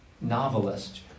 novelist